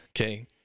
Okay